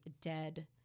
dead